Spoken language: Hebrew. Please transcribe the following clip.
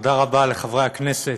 תודה רבה לחברי הכנסת,